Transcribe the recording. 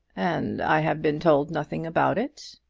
and i have been told nothing about it!